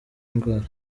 ndwara